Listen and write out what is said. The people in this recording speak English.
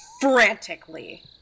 frantically